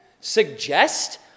Suggest